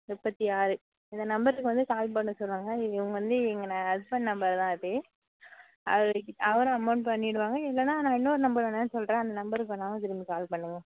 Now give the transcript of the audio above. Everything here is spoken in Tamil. முப்பத்தி ஆறு இந்த நம்பருக்கு வந்து கால் பண்ண சொன்னாங்க நீங்கள் இவங்க வந்து எங்கள் ஹஸ்பண்ட் நம்பர் தான் அது அவருகிட்ட அவரும் அமோண்ட் பண்ணிவிடுவாங்க இல்லைன்னா நான் இன்னோரு நம்பர் வேணாலும் சொல்கிறேன் அந்த நம்பருக்கு வேணாலும் திரும்பி கால் பண்ணுங்கள்